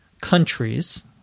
countries